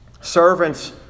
servants